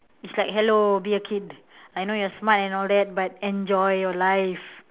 it's like hello be a kid I know you are smart and all that but enjoy your life